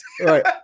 right